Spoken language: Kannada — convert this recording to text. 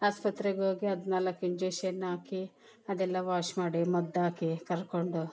ಆಸ್ಪತ್ರೆಗೆ ಹೋಗಿ ಹದಿನಾಲ್ಕು ಇಂಜೆಕ್ಷನ್ ಹಾಕಿ ಅದೆಲ್ಲ ವಾಶ್ ಮಾಡಿ ಮದ್ದು ಹಾಕಿ ಕರ್ಕೊಂಡು